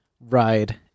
ride